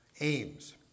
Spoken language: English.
aims